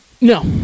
no